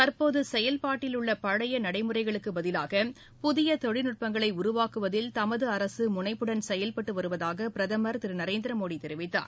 தற்போது செயல்பாட்டில் உள்ள பழைய நடைமுறைகளுக்கு பதிலாக புதிய தொழில்நுட்பங்களை உருவாக்குவதில் தமது அரசு முனைப்புடன் செயல்பட்டு வருவதாக பிரதமர் திரு நரேந்திர மோடி தெரிவித்தார்